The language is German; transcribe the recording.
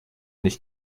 nicht